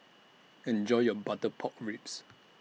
Enjoy your Butter Pork Ribs